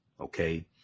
Okay